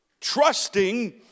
trusting